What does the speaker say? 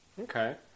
Okay